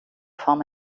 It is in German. form